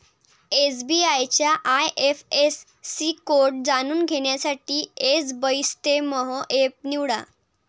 SBI चा IFSC code जाणून घेण्यासाठी एसबइस्तेमहो एप निवडा